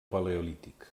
paleolític